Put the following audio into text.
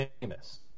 famous